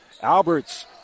Alberts